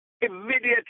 immediately